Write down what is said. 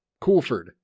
Coolford